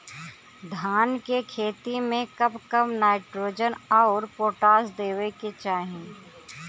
धान के खेती मे कब कब नाइट्रोजन अउर पोटाश देवे के चाही?